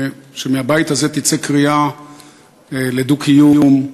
שמהבית הזה תצא קריאה לדו-קיום,